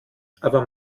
aber